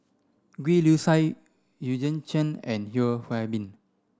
Gwee Li Sui Eugene Chen and Yeo Hwee Bin